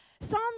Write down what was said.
Psalm